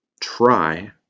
try